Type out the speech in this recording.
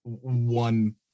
one